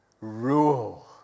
rule